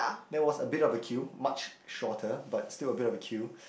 there was a bit of a queue much shorter but still a bit of a queue